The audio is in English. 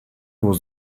was